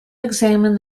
examined